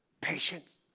patience